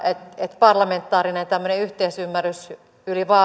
että parlamentaarinen yhteisymmärrys yli